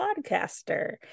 podcaster